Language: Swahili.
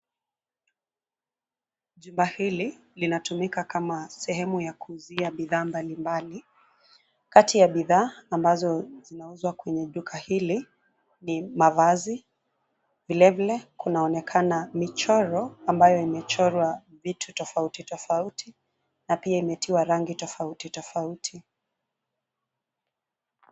Jumba hili linatumika kama sehemu ya kuuzia bidhaa mbaimbali. Kati ya bidhaa ambazo zinauzwa kwenye duka hili ni mavazi vile vile, kunaonekana michoro ambayo imechorwa vitu tofauti tofauti na pia imetiwa rangi tofauti tofauti.